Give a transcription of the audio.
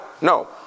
No